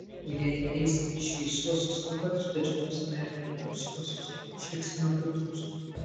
o jei eisime į šviesiuosius kambarius bet žinosime ir apie tamsiuosius išliksime budrūs